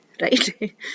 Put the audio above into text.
right